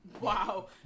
wow